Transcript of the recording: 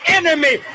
enemy